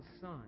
son